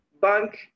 bank